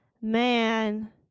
man